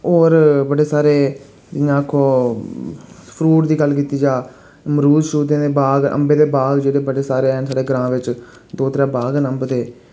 और बड़े सारे जि'यां आखो फ्रूट दी गल्ल कीती जा मरूद श्रूदें दे बाग अम्बें दे बाग जेह्ड़े बड़े सारे हैन साढ़े ग्रां बिच दो त्रै बाग न अम्ब दे